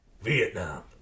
Vietnam